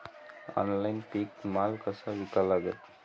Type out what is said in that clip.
Online पीक माल कसा विका लागन?